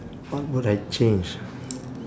what would I change